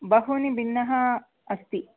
बहूनि भिन्नः अस्ति